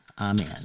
Amen